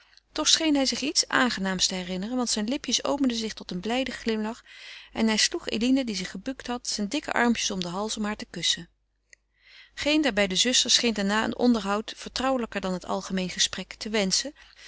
toch scheen hij zich iets aangenaams te herinneren want zijn lipjes openden zich tot een blijden glimlach en hij sloeg eline die zich gebukt had zijne dikke armpjes om den hals om haar te kussen geen der beide zusters scheen daarna een onderhoud vertrouwelijker dan het algemeen gesprek te wenschen